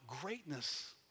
greatness